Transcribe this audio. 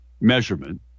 measurement